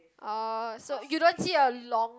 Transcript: orh so you don't see a long